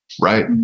Right